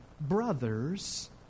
brothers